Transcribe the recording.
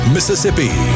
Mississippi